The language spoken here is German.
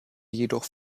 jedoch